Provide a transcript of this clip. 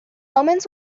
omens